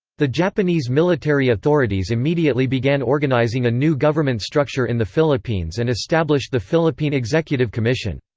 the japanese military authorities immediately began organizing a new government structure in the philippines and established the philippine executive commission.